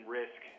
risk